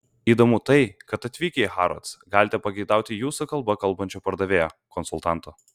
įdomu tai kad atvykę į harrods galite pageidauti jūsų kalba kalbančio pardavėjo konsultanto